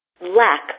lack